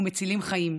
ומצילים חיים.